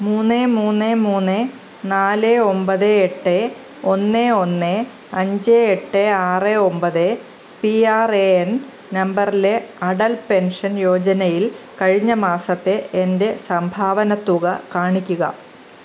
മൂന്ന് മൂന്ന് മൂന്ന് നാല് ഒൻപത് എട്ട് ഒന്ന് ഒന്ന് അഞ്ച് എട്ട് ആറ് ഒൻപത് പി ആർ എ എൻ നമ്പറിലെ അടൽ പെൻഷൻ യോജനയിൽ കഴിഞ്ഞ മാസത്തെ എൻ്റെ സംഭാവന തുക കാണിക്കുക